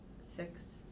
six